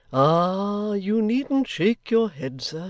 ah! you needn't shake your head, sir.